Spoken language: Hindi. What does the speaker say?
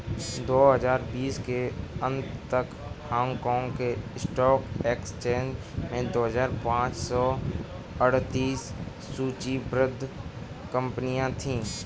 दो हजार बीस के अंत तक हांगकांग के स्टॉक एक्सचेंज में दो हजार पाँच सौ अड़तीस सूचीबद्ध कंपनियां थीं